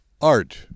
Art